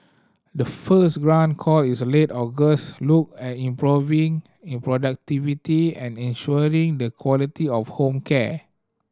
the first grant call is a late August looked at improving in productivity and ensuring the quality of home care